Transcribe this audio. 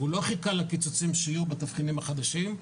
הוא לא חיכה לקיצוצים שיהיו בתבחינים החדשים.